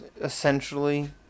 Essentially